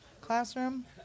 classroom